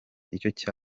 icyo